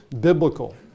biblical